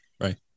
Right